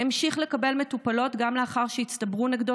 המשיך לקבל מטופלות גם לאחר שהצטברו נגדו